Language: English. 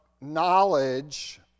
knowledge